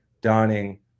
donning